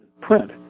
print